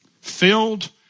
filled